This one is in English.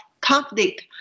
conflict